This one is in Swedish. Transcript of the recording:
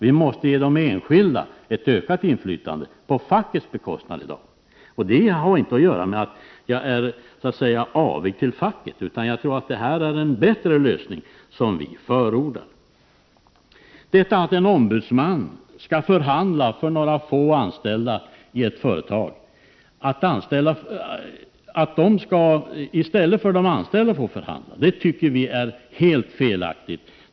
De enskilda måste få ett ökat inflytande på fackets bekostnad. Det har inte att göra med att jag är avig mot facket, utan jag tror att det är en bättre lösning som jag förordar. Detta att en ombudsman skall förhandla för några få anställda i ett företag är helt felaktigt.